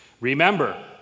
Remember